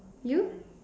you